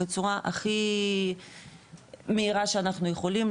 בצורה הכי מהירה שאנחנו יכולים,